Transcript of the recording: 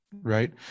right